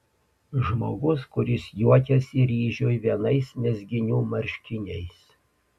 žmogus kuris juokiasi ryžiui vienais mezginių marškiniais